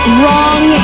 wrong